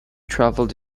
traveled